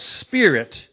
Spirit